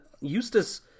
Eustace